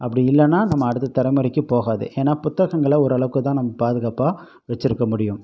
அப்படி இல்லைனா நம்ம அடுத்த தலைமுறைக்கு போகாது ஏன்னால் புத்தகங்களை ஓரளவுக்குதான் நம்ம பாதுகாப்பாக வச்சுருக்க முடியும்